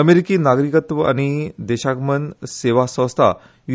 अमेरिकी नागरिकत्व आनी देशागमन सेवा संस्था यू